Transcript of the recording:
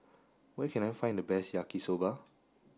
where can I find the best Yaki Soba